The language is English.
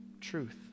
truth